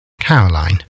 Caroline